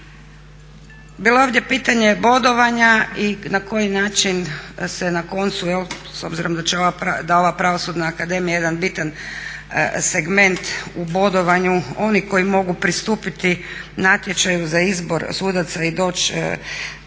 Bilo je ovdje pitanje bodovanja i na koji način se na koncu, s obzirom da je ova Pravosudna akademija jedan bitan segment u bodovanju onih koji mogu pristupiti natječaju za izbor sudaca i doći